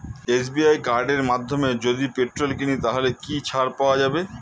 SBI credit কার্ডের মাধ্যমে যদি পেট্রোল কিনি তাহলে কি ছাড় পাওয়া যায়?